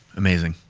amazing,